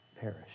perish